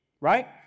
Right